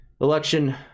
election